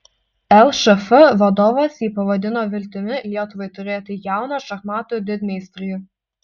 lšf vadovas jį pavadino viltimi lietuvai turėti jauną šachmatų didmeistrį